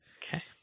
Okay